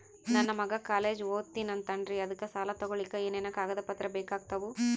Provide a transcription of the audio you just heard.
ನನ್ನ ಮಗ ಕಾಲೇಜ್ ಓದತಿನಿಂತಾನ್ರಿ ಅದಕ ಸಾಲಾ ತೊಗೊಲಿಕ ಎನೆನ ಕಾಗದ ಪತ್ರ ಬೇಕಾಗ್ತಾವು?